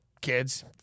kids